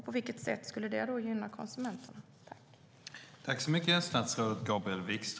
På vilket sätt skulle det gynna konsumenterna?